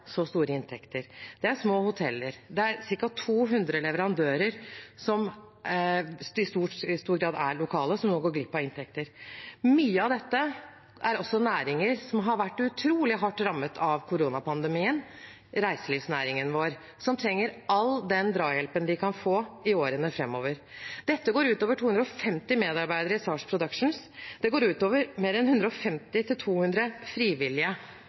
så store inntekter. Det er små hoteller. Det er ca. 200 leverandører, som i stor grad er lokale, som nå går glipp av inntekter. Mye av dette er også næringer som har vært utrolig hardt rammet av koronapandemien, f.eks. reiselivsnæringen vår, som trenger all den drahjelpen de kan få i årene framover. Dette går ut over 250 medarbeidere i SAHR Production, og det går ut over mer enn